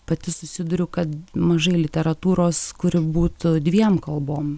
pati susiduriu kad mažai literatūros kuri būtų dviem kalbom